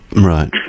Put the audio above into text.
Right